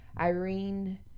Irene